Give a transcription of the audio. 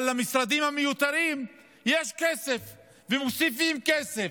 אבל למשרדים המיותרים יש כסף ומוסיפים כסף.